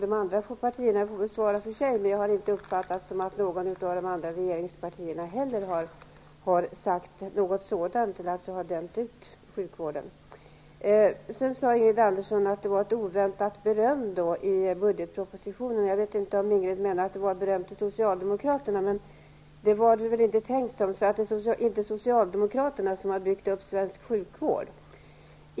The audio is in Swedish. De andra partierna får svara för sig, men jag har inte uppfattat det som att något av de andra regeringspartierna har dömt ut sjukvården. Ingrid Andersson sade att det fanns ett oväntat beröm i budgetpropositionen. Jag vet inte om Ingrid Andersson menade att det var ett beröm till Socialdemokraterna, men det var väl inte tänkt så. Det är inte Socialdemokraterna som har byggt upp svensk sjukvård.